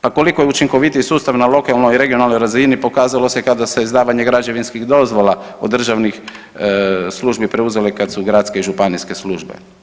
Pa koliko je učinkovitiji sustav na lokalnoj i regionalnoj razini, pokazalo se kada se izdavanje građevinskih dozvola od državnih službi preuzele kad su gradske i županijske službe.